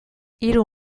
hiru